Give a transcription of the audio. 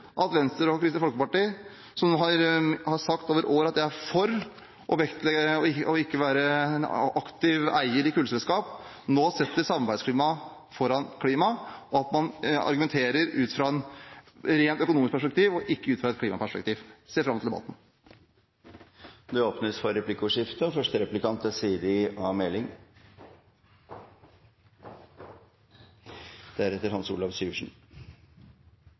at Venstre og Kristelig Folkeparti, som nå har sagt over år at de er for ikke å være en aktiv eier i kullselskap, nå setter samarbeidsklimaet foran klima, og at man argumenterer ut fra et rent økonomisk perspektiv, og ikke ut fra et klimaperspektiv. Jeg ser fram til debatten. Det blir replikkordskifte. Det er bred politisk oppslutning om hovedlinjene for forvaltningen av Statens pensjonsfond utland, og